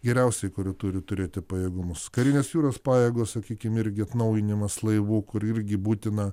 geriausiai kuri turi turėti pajėgumus karinės jūros pajėgos sakykim irgi atnaujinimas laivų kur irgi būtina